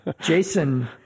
Jason